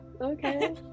okay